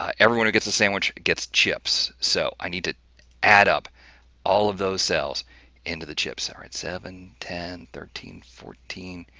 everyone who gets the sandwich gets chips. so, i need to add up all of those cells into the chips, alright? seven, ten, thirteen, fourteen.